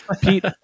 pete